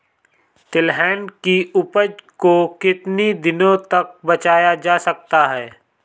तिलहन की उपज को कितनी दिनों तक बचाया जा सकता है?